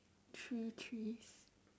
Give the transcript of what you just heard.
three trees